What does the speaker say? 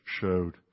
showed